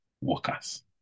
workers